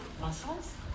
Muscles